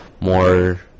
more